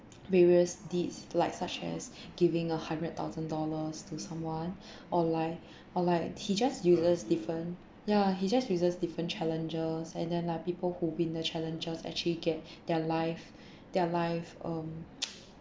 various deeds like such as giving a hundred thousand dollars to someone or like or like he just uses different ya he just uses different challenges and then like people who win the challenges actually get their life their life um